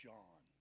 John